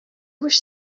wish